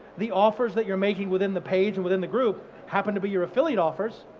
the offers that you're making within the page and within the group happen to be your affiliate offers,